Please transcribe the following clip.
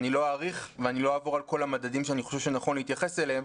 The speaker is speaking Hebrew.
אני לא אאריך ולא אעבור על כל המדדים שאני חושב שנכון להתייחס אליהם.